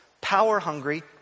power-hungry